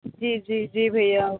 जी जी जी भैया